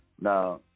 Now